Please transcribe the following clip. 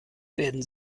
werden